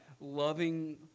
loving